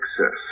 access